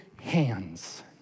hands